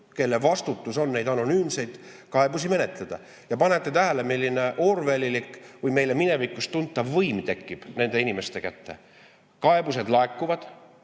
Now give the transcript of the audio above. kelle vastutus on neid anonüümseid kaebusi menetleda. Panete tähele, milline orwellilik või meile minevikust tuntav võim tekib nende inimeste kätte? Kaebused laekuvad,